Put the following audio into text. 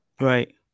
Right